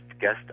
guest